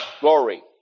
Glory